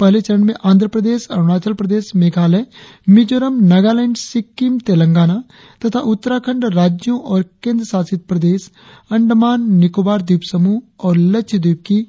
पहले चरण में आंध्रप्रदेश अरुणाचल प्रदेश मेघालय मिजोरम नगालैंड सिक्किम तेलंगाना तथा उत्तराखंड राज्यों और केंद्र शासित प्रदेश अंडमान निकोबार द्वीप समूह और लक्ष्यद्वीप की